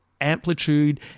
Amplitude